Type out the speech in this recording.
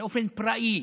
באופן פראי.